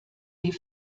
die